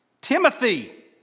Timothy